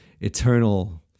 eternal